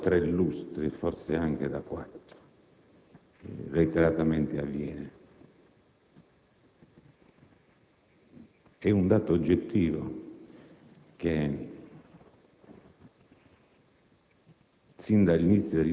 così come almeno da tre lustri (forse anche da quattro) reiteratamente avviene. È un dato oggettivo che